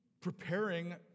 preparing